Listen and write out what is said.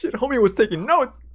yeah homie was taking notes! a